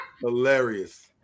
Hilarious